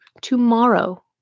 tomorrow